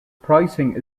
pricing